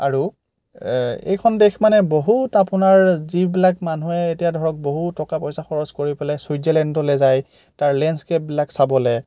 আৰু এইখন দেশ মানে বহুত আপোনাৰ যিবিলাক মানুহে এতিয়া ধৰক বহু টকা পইচা খৰচ কৰি পেলাই ছুইজাৰলেণ্ডলৈ যায় তাৰ লেন্সকেপবিলাক চাবলৈ